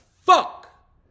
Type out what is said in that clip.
fuck